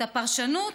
את הפרשנות